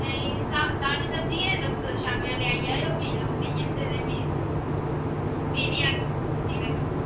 नेईं ताजी सब्जी ऐ तुस शामीं बेल्लै लेई जाए ओ ते फ्ही लोक लेई जंदे ते फ्ही नीं आखेओ फिर